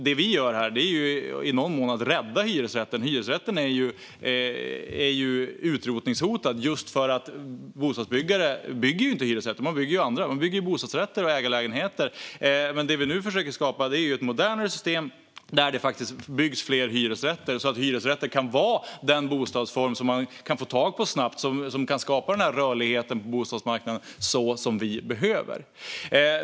Det vi gör här är ju i någon mån att rädda hyresrätten, för hyresrätten är utrotningshotad just för att bostadsbyggare inte bygger hyresrätter. Man bygger annat - bostadsrätter och ägarlägenheter - men det vi nu försöker skapa är ett modernare system där det faktiskt byggs fler hyresrätter, så att hyresrätten kan vara den bostadsform som människor kan få tag på snabbt och som kan skapa den rörlighet på bostadsmarknaden som vi behöver.